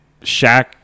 Shaq